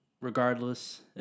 Regardless